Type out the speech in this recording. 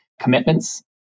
commitments